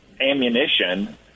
ammunition